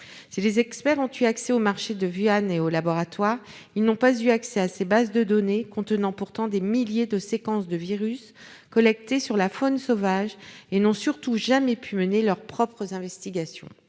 Si les experts ont pu accéder au marché de Wuhan et au laboratoire, ils n'ont pas eu accès à ses bases de données, qui contiennent pourtant des milliers de séquences de virus collectées sur la faune sauvage ; surtout, ils n'ont jamais pu mener leurs propres investigations.